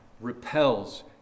repels